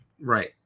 right